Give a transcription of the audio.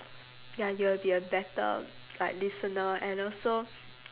ya you'll be a better like listener and also